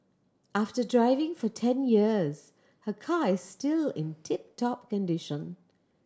after driving for ten years her car is still in tip top condition